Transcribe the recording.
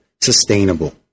sustainable